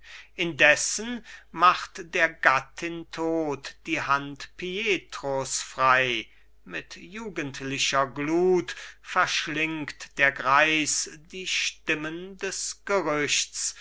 indessen macht der gattin tod die hand pietros frei mit jugendlicher glut verschlingt der greis die stimmen des gerüchtes